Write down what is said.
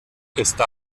esta